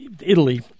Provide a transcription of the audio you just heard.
Italy